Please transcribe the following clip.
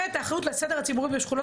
ואת האחריות לסדר הציבורי בשכונות